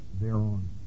thereon